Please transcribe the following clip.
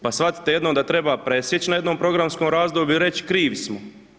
Pa shvatite jednom da treba presjeći na jednom programskom razdoblju i reći krivi smo.